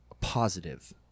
positive